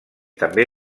també